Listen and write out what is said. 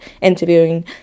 interviewing